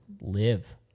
live